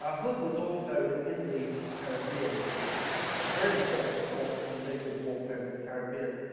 ah hood was also in the caribbean. so, it's a very important source for naval warfare in the caribbean.